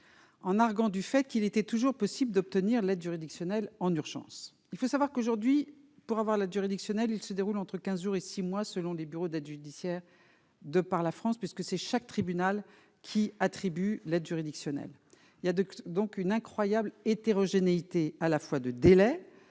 en arguant du fait qu'il était toujours possible d'obtenir de l'aide juridictionnelle en urgence, il faut savoir qu'aujourd'hui, pour avoir l'aide juridictionnelle, il se déroule entre 15 jours et 6 mois selon les bureaux d'aide judiciaire de par la France, parce que c'est chaque tribunal qui attribue l'aide juridictionnelle, il y a 2 donc une incroyable hétérogénéité à la fois de délai